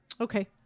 Okay